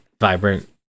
Vibrant